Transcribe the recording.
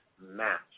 match